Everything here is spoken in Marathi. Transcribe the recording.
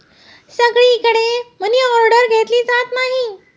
सगळीकडे मनीऑर्डर घेतली जात नाही